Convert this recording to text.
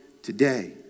today